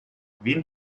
wen